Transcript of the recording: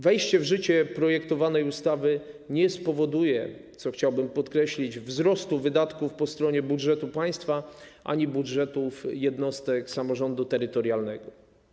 Wejście w życie projektowanej ustawy nie spowoduje, co chciałbym podkreślić, wzrostu wydatków po stronie budżetu państwa ani budżetów jednostek samorządu terytorialnego.